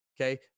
Okay